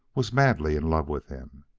was madly in love with him.